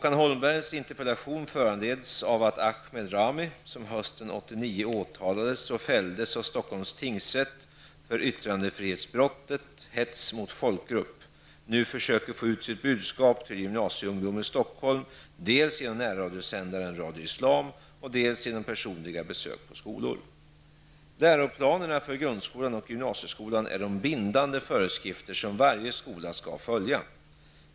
Ahmed Rami, som hösten 1989 åtalades och fälldes av Stockholms tingsrätt för yttrandefrihetsbrottet hets mot folkgrupp, nu försöker få ut sitt budskap till gymnasieungdom i Stockholm dels genom närradiosändaren Radio Islam, dels genom personliga besök på skolor. Läroplanerna för grundskolan och gymnasieskolanär de bindande föreskrifter som varje skola skall följa.